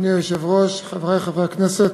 אדוני היושב-ראש, חברי חברי הכנסת,